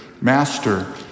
master